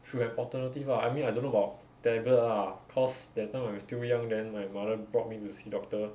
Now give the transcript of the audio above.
should have alternative lah I mean I don't know about tablet lah cause that time when I still young then my mother brought me to see doctor